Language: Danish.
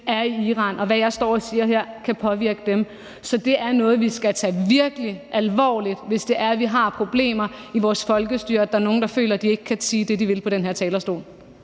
er i Iran, og hvad jeg står og siger her, kan påvirke dem. Så det er noget, vi skal tage virkelig alvorligt, hvis det er sådan, at vi har problemer i vores folkestyre med, at der er nogle, der føler, at de ikke kan sige det, de vil, på den her talerstol.